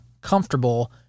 comfortable